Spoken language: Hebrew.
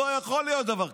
לא היה יכול להיות דבר כזה.